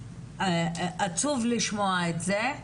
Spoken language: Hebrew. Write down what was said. עצוב לשמוע את זה,